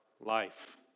life